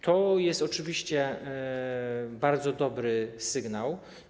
To jest oczywiście bardzo dobry sygnał.